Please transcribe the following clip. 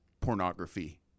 pornography